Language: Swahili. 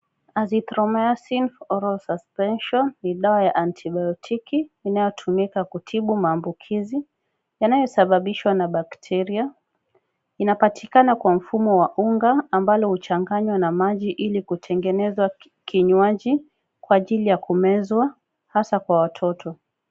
Azythrimycin for Oral Suspension ni dawa ya antibiotiki , inayotumika kutibu maambukizi yanayosababishwa na bakteria. Inapatikana kwa mfumo wa unga ambalo huchanganywa na maji ili kutengeneza kinywaji kwa ajili ya kumezwa hasa kwa watoto.